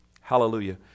Hallelujah